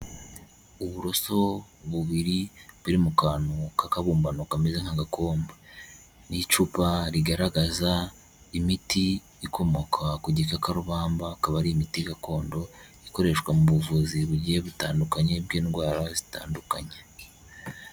Uburoso bubiri buri mu kantu k'akabumbano kameze nk'agakombe n'icupa rigaragaza imiti ikomoka ku gikakarubamba, akaba ari imiti gakondo ikoreshwa mu buvuzi bugiye butandukanye bw'indwara zitandukanye.